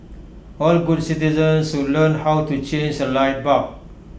all good citizens should learn how to change A light bulb